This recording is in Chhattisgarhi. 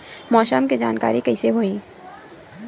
मौसम के जानकारी कइसे होही?